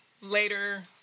later